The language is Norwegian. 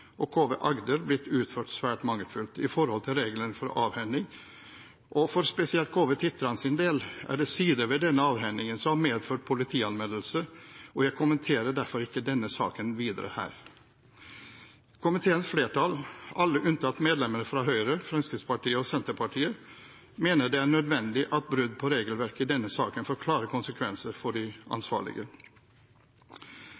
av KV «Titran» og KV «Agder» blitt utført svært mangelfullt i forhold til reglene for avhending. For spesielt KV «Titran»s del er det sider ved denne avhendingen som har medført politianmeldelse, og jeg kommenterer derfor ikke denne saken videre her. Komiteens flertall, alle unntatt medlemmene fra Høyre, Fremskrittspartiet og Senterpartiet, mener det er nødvendig at brudd på regelverket i denne saken får klare konsekvenser for de